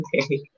Okay